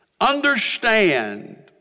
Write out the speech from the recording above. understand